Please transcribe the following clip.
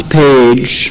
page